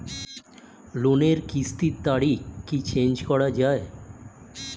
লোনের কিস্তির তারিখ কি চেঞ্জ করা যায়?